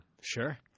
sure